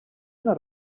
una